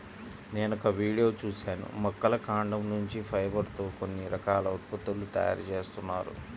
నేనొక వీడియో చూశాను మొక్కల కాండం నుంచి ఫైబర్ తో కొన్ని రకాల ఉత్పత్తుల తయారీ జేత్తన్నారు